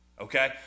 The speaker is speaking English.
Okay